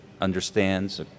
understands